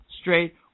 straight